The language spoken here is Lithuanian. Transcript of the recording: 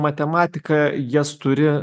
matematika jas turi